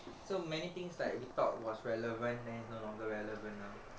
so many things like we thought was relevant then it's no longer relevant now